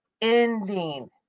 ending